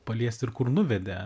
paliesti ir kur nuvedė